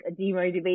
demotivated